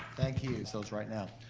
thank you those right now.